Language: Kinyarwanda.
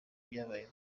byabaye